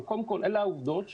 אבל קודם כל אלה העובדות.